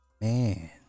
Man